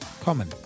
common